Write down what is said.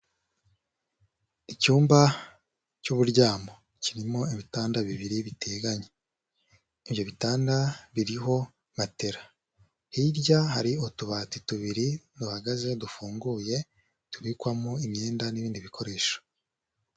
Icyumba cy'uburyamo kirimo ibitanda bibiri biteganye, ibyo bitanda biriho matela, hirya hari utubati tubiri duhagaze dufunguye tubikwamo imyenda n'ibindi bikoresho.